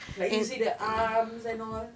like you see the arms and all